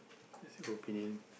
that is opinion